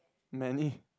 many